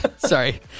Sorry